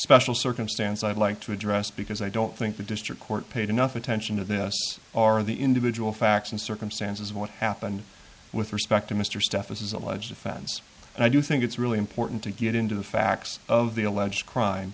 special circumstance i'd like to address because i don't think the district court paid enough attention to this or the individual facts and circumstances of what happened with respect to mr stephens his alleged offense and i do think it's really important to get into the facts of the alleged crime